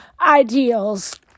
ideals